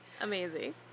Amazing